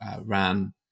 ran